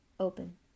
open